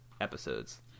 episodes